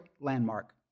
Landmark